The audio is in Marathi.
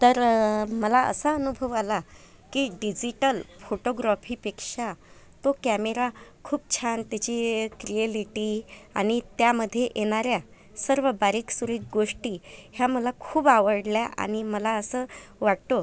तर मला असा अनुभव आला की डिजिटल फोटोग्रॉफीपेक्षा तो कॅमेरा खूप छान त्याची क्लियलिटी आणि त्यामध्ये येणाऱ्या सर्व बारीक सुरीक गोष्टी ह्या मला खूप आवडल्या आणि मला असं वाटतो